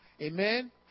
Amen